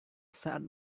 saat